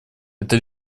это